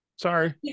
Sorry